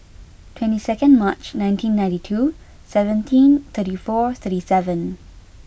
twenty second March nineteen ninety two seventeen thirty four thirty seven